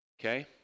Okay